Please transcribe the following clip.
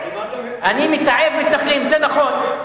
אני מתעב מתנחלים, זה נכון.